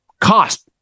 cost